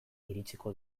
iritsiko